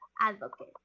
advocate